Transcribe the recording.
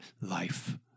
life